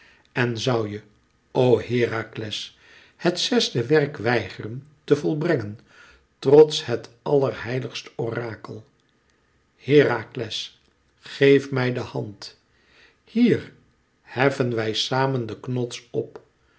en zoû je o herakles het zesde werk weigeren te volbrengen trots het allerheiligst orakel herakles geef mij de hand hier heffen wij samen den knots op